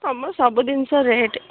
ହଁ ମ ସବୁ ଜିନିଷ ରେଟ୍